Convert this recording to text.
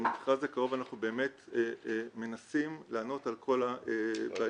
במכרז הקרוב אנחנו באמת מנסים לענות על כל הבעיות